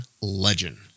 legend